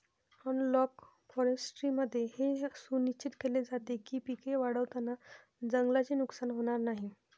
analogue फॉरेस्ट्रीमध्ये हे सुनिश्चित केले जाते की पिके वाढवताना जंगलाचे नुकसान होणार नाही